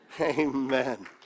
Amen